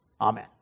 Amen